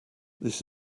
this